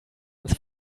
ins